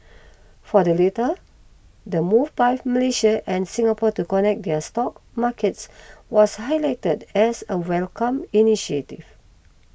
for the latter the move by Malaysia and Singapore to connect their stock markets was highlighted as a welcomed initiative